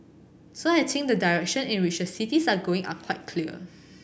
so I think the direction in which the cities are going are quite clear